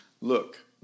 look